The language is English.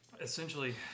Essentially